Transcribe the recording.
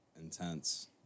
intense